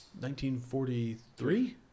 1943